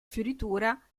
fioritura